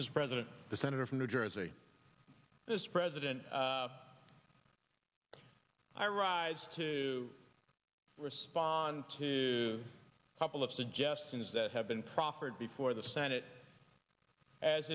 this president the senator from new jersey this president i rise to respond to a couple of suggestions that have been proffered before the senate as